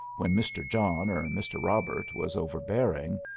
when mr. john or mr. robert was overbearing,